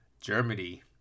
germany